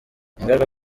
ingaruka